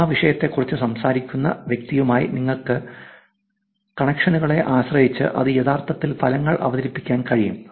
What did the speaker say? ആ വിഷയത്തെക്കുറിച്ച് സംസാരിക്കുന്ന വ്യക്തിയുമായി നിങ്ങൾക്കുള്ള കണക്ഷനുകളെ ആശ്രയിച്ച് അത് യഥാർത്ഥത്തിൽ ഫലങ്ങൾ അവതരിപ്പിക്കാൻ കഴിയും